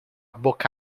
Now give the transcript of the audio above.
boca